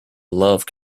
love